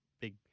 big